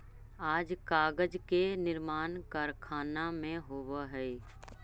आज कागज के निर्माण कारखाना में होवऽ हई